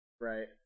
right